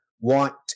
want